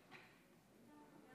לרשותך.